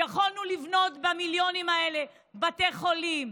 יכולנו לבנות במיליונים האלה בתי חולים,